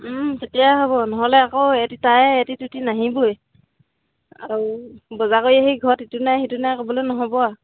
তেতিয়াহে হ'ব নহ'লে আকৌ নাহিবই আৰু বজাৰ কৰি আহি ঘৰত ইটো নাই সিটো নাই ক'বলে নহ'ব আৰু